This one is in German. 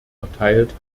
erteilt